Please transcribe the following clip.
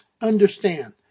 understand